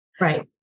Right